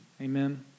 Amen